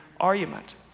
argument